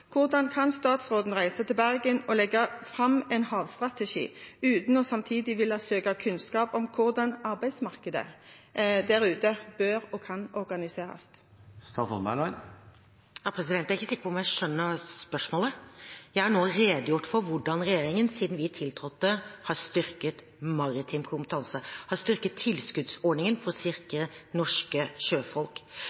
Hvordan kan statsråden reise tilbake og legge fram en havstrategi uten samtidig å ville søke kunnskap om hvordan arbeidsmarkedet der ute bør og kan organiseres? Jeg er ikke sikker på om jeg skjønner spørsmålet. Jeg har nå redegjort for hvordan regjeringen, siden den tiltrådte, har styrket maritim kompetanse, har styrket tilskuddsordningen for å